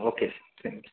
okay thank you